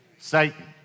Satan